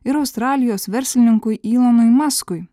ir australijos verslininkui ylanui maskui